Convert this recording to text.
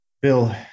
Bill